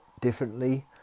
differently